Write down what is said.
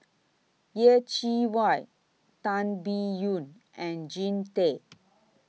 Yeh Chi Wei Tan Biyun and Jean Tay